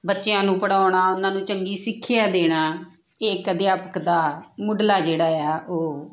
ਬੱਚਿਆਂ ਨੂੰ ਪੜ੍ਹਾਉਣਾ ਉਹਨਾਂ ਨੂੰ ਚੰਗੀ ਸਿੱਖਿਆ ਦੇਣਾ ਇਕ ਅਧਿਆਪਕ ਦਾ ਮੁੱਢਲਾ ਜਿਹੜਾ ਆ ਉਹ